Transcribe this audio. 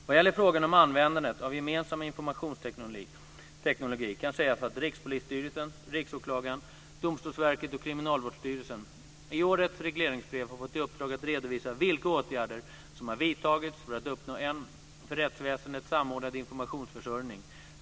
Vad gäller frågan om användandet av gemensam informationsteknik kan sägas att Rikspolisstyrelsen, Riksåklagaren, Domstolsverket och Kriminalvårdsstyrelsen i årets regleringsbrev har fått i uppdrag att redovisa vilka åtgärder som har vidtagits för att uppnå en för rättsväsendet samordnad informationsförsörjning.